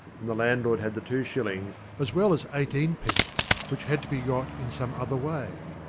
and the landlord had the two shillings, as well as eighteenpcnce which had to be got in some other way.